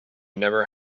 never